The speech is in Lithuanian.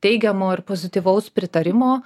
teigiamo ir pozityvaus pritarimo